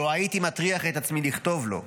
לא הייתי מטריח את עצמי לכתוב לו.